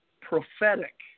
prophetic